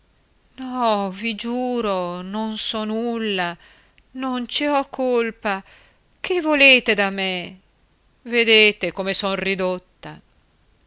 no vi giuro non so nulla non ci ho colpa che volete da me vedete come son ridotta